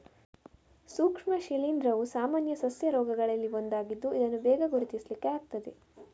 ಸೂಕ್ಷ್ಮ ಶಿಲೀಂಧ್ರವು ಸಾಮಾನ್ಯ ಸಸ್ಯ ರೋಗಗಳಲ್ಲಿ ಒಂದಾಗಿದ್ದು ಇದನ್ನ ಬೇಗ ಗುರುತಿಸ್ಲಿಕ್ಕೆ ಆಗ್ತದೆ